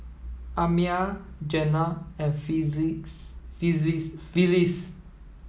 Amiah Jenna and Phyliss